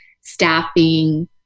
staffing